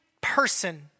person